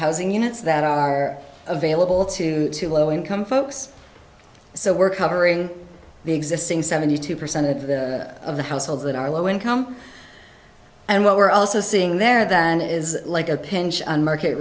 housing units that are available to two low income folks so we're covering the existing seventy two percent of the of the households that are low income and what we're also seeing there than is like a pinch on market